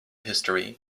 history